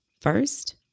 first